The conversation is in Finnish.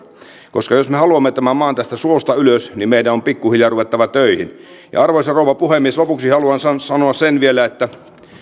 koska jos me haluamme tämän maan tästä suosta ylös niin meidän on pikkuhiljaa ruvettava töihin arvoisa rouva puhemies lopuksi haluan sanoa vielä sen että kun